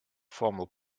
formal